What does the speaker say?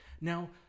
Now